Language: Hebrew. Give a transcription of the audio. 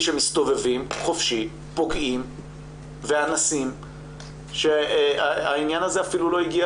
שמסתובבים חופשי פוגעים ואנשים שהעניין הזה אפילו לא הגיע